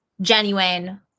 genuine